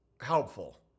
helpful